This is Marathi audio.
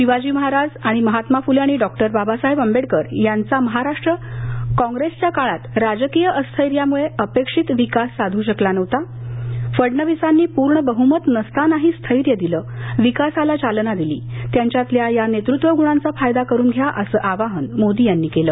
शिवाजी महाराज आणि महात्मा फुले डॉ आंबेडकर यांचा महाराष्ट्र कॉप्रेसच्या काळात राजकीय अस्थिर्यामुळे अपेक्षित विकास साधू शकला नव्हता फडणविसांनी पूर्ण बह्मत नसतानाही स्थैर्य दिलं विकासाला चालना दिली त्यांच्यातल्या या नेतृत्व गुणांचा फायदा करून घ्या असं आवाहन मोदी यांनी केलं